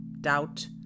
Doubt